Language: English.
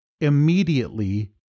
immediately